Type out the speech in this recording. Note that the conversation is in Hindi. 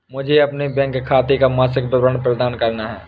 मुझे अपने बैंक खाते का मासिक विवरण प्राप्त करना है?